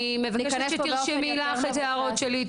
--- אני מבקשת שתרשמי לך את ההערות שלי,